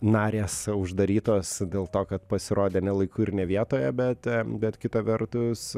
narės uždarytos dėl to kad pasirodė ne laiku ir ne vietoje bet bet kita vertus